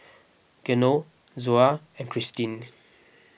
Geno Zoa and Christene